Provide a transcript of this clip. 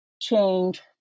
change